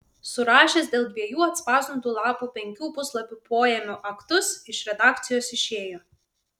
surašęs dėl dviejų atspausdintų lapų penkių puslapių poėmio aktus iš redakcijos išėjo